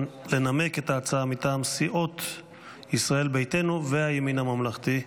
לנמק את ההצעה מטעם סיעות ישראל ביתנו והימין הממלכתי.